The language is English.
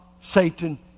Satan